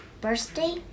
Birthday